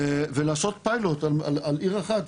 ולעשות פיילוט על עיר אחת,